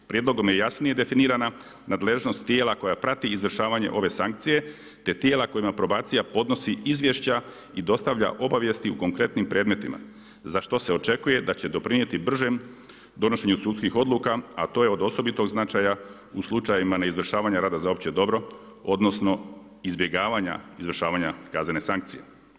Prijedlogom je jasnije definirana nadležnost tijela koja prati izvršavanje ove sankcije te tijela kojima probacija podnosi izvješća i dostavlja obavijesti u konkretnim predmetima za što se očekuje da će doprinijeti bržem donošenju sudskih odluka, a to je od osobitog značaja u slučajevima neizvršavanja rada za opće dobro, odnosno izbjegavanja izvršavanja kaznene sankcije.